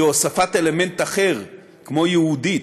כי הוספת אלמנט אחר כמו "יהודית",